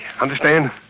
Understand